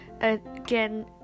again